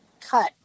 cut